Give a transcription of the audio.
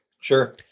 Sure